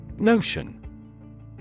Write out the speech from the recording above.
Notion